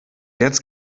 jetzt